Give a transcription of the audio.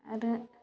आरो